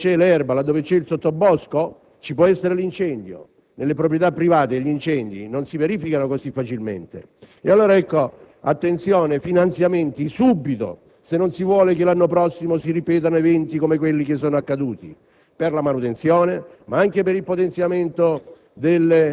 Occorre quindi fare la manutenzione, laddove c'è l'erba, laddove c'è il sottobosco, ci può essere l'incendio; nelle proprietà private gli incendi non si verificano così facilmente. E allora attenzione: finanziamenti subito, se non si vuole che l'anno prossimo si ripetano eventi come quelli che sono accaduti.